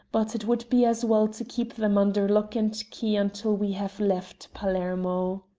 but it would be as well to keep them under lock and key until we have left palermo.